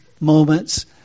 moments